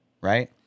right